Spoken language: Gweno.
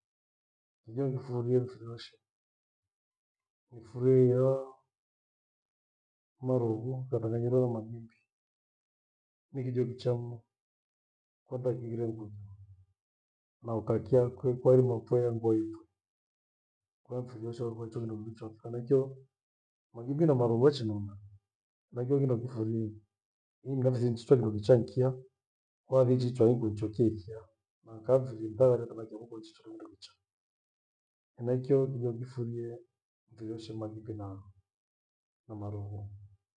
Kijo nikifurie mifiri yoshe, nifurie iyo marughu, yachanganywe na maghimbi. Ni kijo kicha mnu, kwanza kighire nguvu na ukakiya kwairima phoiya ngoi. Kwai mfiri woshe warua kindokicho chafo henaichio maghimbi na marughu wachinona. Henaicho kindo nikifurie kindokichaa nikiya wavinjichwa nikuichokie ikea na kyavunjithaa nerera kanahikohuko nichichorundu mchaa. Henaicho kindo nikifuria mifiri yoshe ni maghimbi na marughu.